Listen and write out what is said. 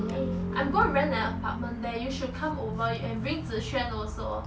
eh I'm going to rent an apartment there you should come over and bring zi xuan also